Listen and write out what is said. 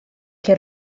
che